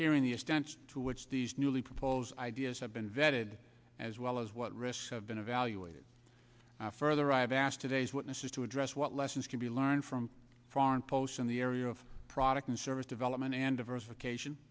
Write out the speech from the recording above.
hearing the extent to which these newly propose ideas have been vetted as well as what risks have been evaluated further i have asked today's witnesses to address what lessons can be learned from foreign posts in the area of product and service development and diversification